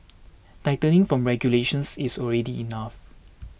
tightening from regulations is already enough